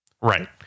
Right